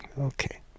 okay